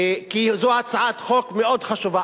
כי זו הצעת חוק מאוד חשובה.